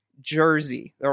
jersey